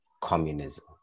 communism